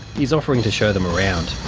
he's offering to show them around.